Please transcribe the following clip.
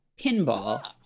Pinball